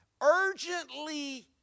Urgently